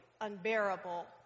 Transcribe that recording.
unbearable